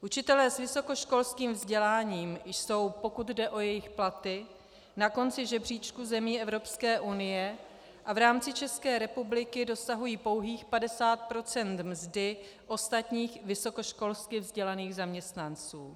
Učitelé s vysokoškolským vzděláním jsou, pokud jde o jejich platy, na konci žebříčku zemí Evropské unie a v rámci České republiky dosahují pouhých 50 % mzdy ostatních vysokoškolsky vzdělaných zaměstnanců.